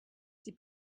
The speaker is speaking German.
sie